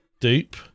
dupe